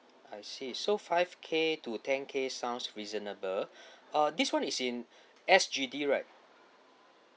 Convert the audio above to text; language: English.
I see so five K to ten K sounds reasonable uh this [one] is in S_G_D right